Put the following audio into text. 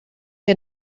que